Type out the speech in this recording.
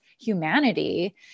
humanity